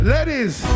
Ladies